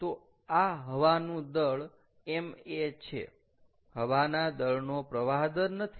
તો આ હવાનું દળ ma છે હવાના દળનો પ્રવાહ દર નથી